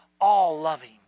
all-loving